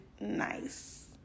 nice